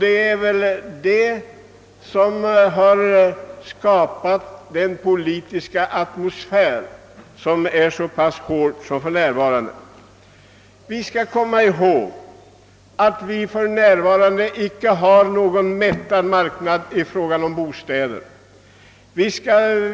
Det är detta som har skapat den nu så hårda politiska atmosfären. Vi skall komma ihåg att vi för närvarande inte har någon mättad marknad då det gäller bostäder.